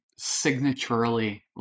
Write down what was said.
signaturely